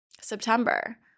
September